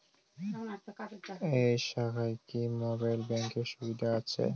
এই শাখায় কি মোবাইল ব্যাঙ্কের সুবিধা আছে?